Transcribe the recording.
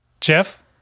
Jeff